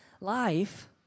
life